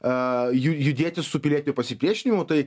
a ju judėti su pilietiniu pasipriešinimu tai